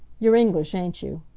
you're english, ain't you?